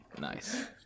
Nice